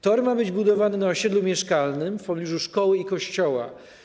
Tor ma być budowany na osiedlu mieszkalnym w pobliżu szkoły i kościoła.